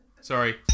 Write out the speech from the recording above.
Sorry